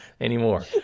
anymore